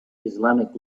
islamic